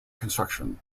construction